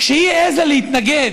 כשהיא העזה להתנגד